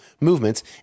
movements